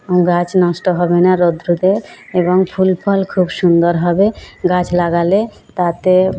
গাছ নষ্ট হবে না রৌদ্রতে এবং ফুল ফল খুব সুন্দর হবে গাছ লাগালে তাতে